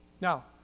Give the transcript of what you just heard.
Now